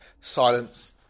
silence